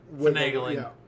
finagling